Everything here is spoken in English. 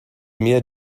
mere